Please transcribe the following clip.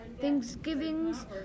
thanksgivings